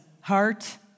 heart